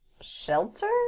shelter